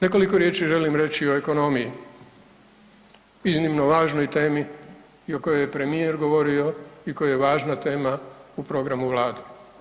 Nekoliko riječi želim reći o ekonomiji, iznimno važnoj temi i o kojoj je premijer govorio i koji je važna tema u programu vlade.